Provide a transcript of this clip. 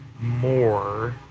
More